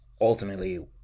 ultimately